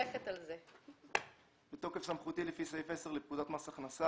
התשע"ט-2018 בתוקף סמכותי לפי סעיף 10 לפקודת מס הכנסה,